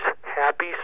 happy